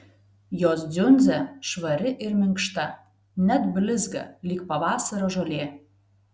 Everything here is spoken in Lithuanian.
jos dziundzė švari ir minkšta net blizga lyg pavasario žolė